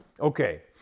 Okay